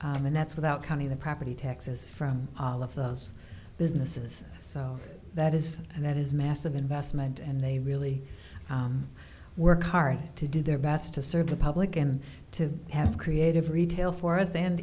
and that's without counting the property taxes from all of those businesses so that is and that is massive investment and they really work hard to do their best to serve the public and to have creative retail for us and